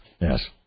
Yes